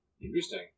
Interesting